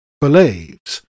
believes